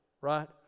right